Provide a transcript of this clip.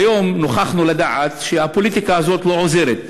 והיום נוכחנו לדעת שהפוליטיקה הזאת לא עוזרת.